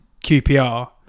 QPR